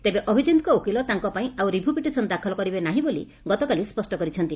ତେବେ ଅଭିଜିତଙ୍କ ଓକିଲ ତାଙ୍କ ପାଇଁ ଆଉ ରିଭ୍ୟୁ ପିଟିସନ ଦାଖଲ କରିବେ ନାହିଁ ବୋଲି ଗତକାଲି ସ୍ୱଷ୍ କରିଛନ୍ତି